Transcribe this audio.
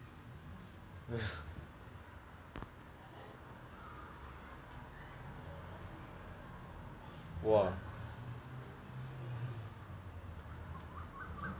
ya it does I mean it is lah but um it's very um it's R twenty one it's like a lot of blood and gore and all that but I think if you can I think that [one] still can watch lah it doesn't really make a difference